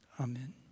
Amen